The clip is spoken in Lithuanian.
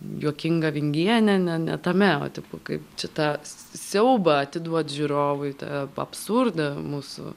juokingą vingienę ne ne tame o tipo kaip čia tą siaubą atiduot žiūrovui tą absurdą mūsų